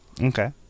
Okay